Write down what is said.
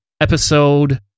episode